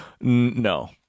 No